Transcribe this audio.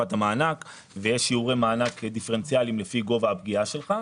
לתקופת המענק ויש שיורי מענק דיפרנציאליים לפי גובה הפגיעה שלך.